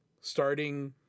starting